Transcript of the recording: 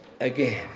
again